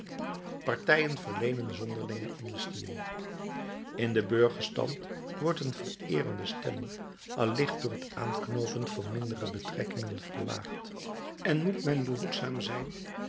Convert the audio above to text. partijen verleenen zonderlinge amnestieën in den burgerstand wordt een vereerende stelling al licht door het aanknoopen van mindere betrekkingen verlaagd en moet men behoedzaam zijn